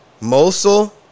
Mosul